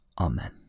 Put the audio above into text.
Amen